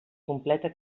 completa